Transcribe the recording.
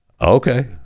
Okay